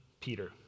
Peter